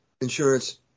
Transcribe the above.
insurance